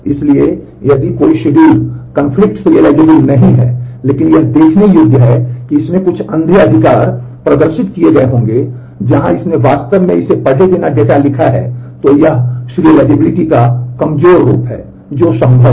इसलिए यदि कोई शेड्यूल विरोधाभासी शेड्यूल का कमजोर रूप है जो संभव है